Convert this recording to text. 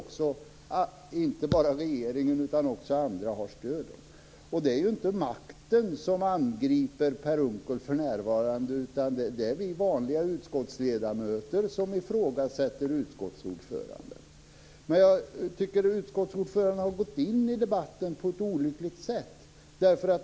Inte bara regeringen utan också andra har stött dem. Det är inte makten som angriper Per Unckel för närvarande. Det är vi vanliga utskottsledamöter som ifrågasätter utskottsordföranden. Utskottsordföranden har gått in i debatten på ett olyckligt sätt.